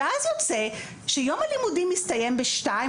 ואז יוצא שיום הלימודים בשעה שתיים,